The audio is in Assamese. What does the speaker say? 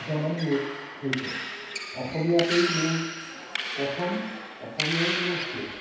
জনম লৈ হৈছে অসমীয়াতেই মোৰ প্ৰথম অসমীয়াই মোৰ শেষ